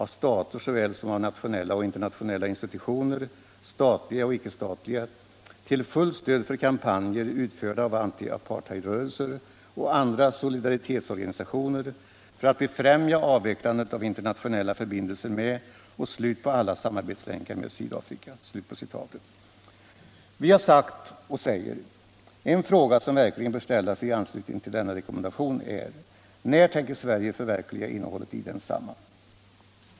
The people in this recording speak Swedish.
Vi har sagt och säger att en fråga som verkligen bör ställas i anslutning till denna rekommendation är: När tänker Sverige förverkliga innehållet i densamma?